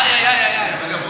איי, איי, איי.